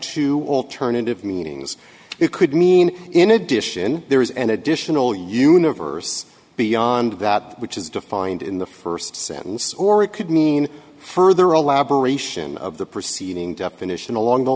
to alternative meanings it could mean in addition there is an additional universe beyond that which is defined in the first sentence or it could mean further elaboration of the preceding definition along the